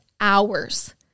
hours